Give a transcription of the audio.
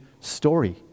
story